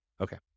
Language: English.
Okay